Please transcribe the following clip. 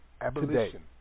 Abolition